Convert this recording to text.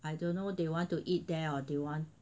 I don't know they want to eat there or they want